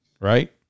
right